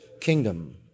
kingdom